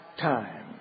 time